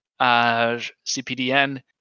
cpdn